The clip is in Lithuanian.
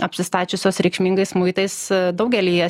apsistačiusios reikšmingais muitais daugelyje